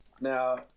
Now